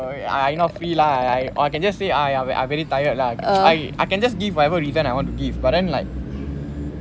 I not free lah or I can just !aiya! I I very tired lah I I can just give whatever reason I want to give but then like